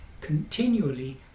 continually